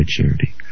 charity